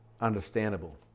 understandable